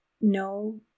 no